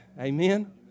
Amen